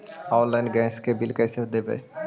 Online gas के bill कैसे देबै?